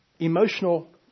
Emotional